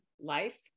Life